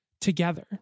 together